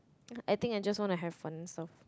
I think I just wanna have fun stuff